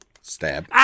Stab